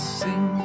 sing